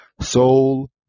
soul